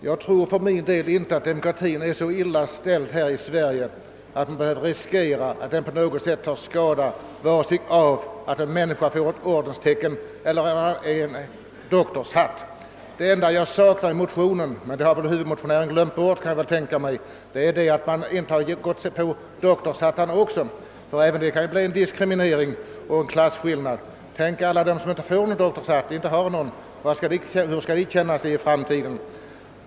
Jag tror för min del inte att det är så illa ställt med demokratin här i Sverige att man behöver riskera att den på något sätt tar skada av att en människa får ett ordenstecken eller en doktorshatt. Det enda jag saknar i motionen — men det har väl motionärerna glömt bort, kan jag tänka mig — är att de inte har gett sig på doktorshattarna också. Även därvidlag kan det ju bli en diskriminering och en klasskillnad. Tänk bara på alla dem som inte får någon doktorshatt! Hur skall de som inte har fått någon känna sig i framtiden?